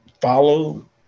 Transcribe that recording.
follow